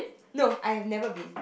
no I've never been